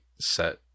set